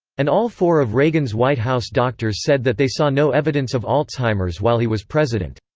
and all four of reagan's white house doctors said that they saw no evidence of alzheimer's while he was president.